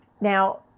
Now